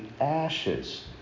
ashes